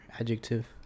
adjective